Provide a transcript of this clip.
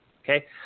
Okay